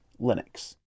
Linux